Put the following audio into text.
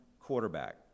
quarterback